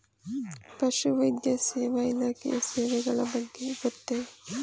ಪಶುವೈದ್ಯ ಸೇವಾ ಇಲಾಖೆಯ ಸೇವೆಗಳ ಬಗ್ಗೆ ಗೊತ್ತೇ?